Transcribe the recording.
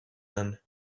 none